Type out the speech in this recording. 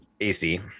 AC